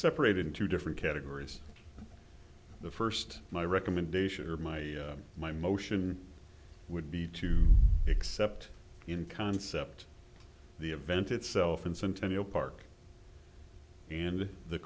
separated into different categories the first my recommendation or my my motion would be too except in concept the event itself in centennial park in the